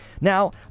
Now